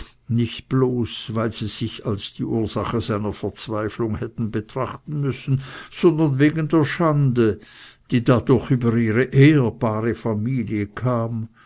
nicht bloß weil sie sich als die ursache seiner verzweiflung hätten betrachten müssen sondern wegen der schande die dadurch über ihre ehrbare familie kam